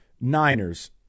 Niners